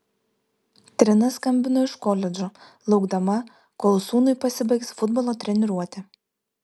trina skambino iš koledžo laukdama kol sūnui pasibaigs futbolo treniruotė